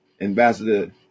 Ambassador